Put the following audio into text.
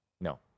No